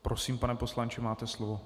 Prosím, pane poslanče, máte slovo.